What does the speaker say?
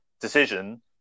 decision